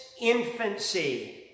infancy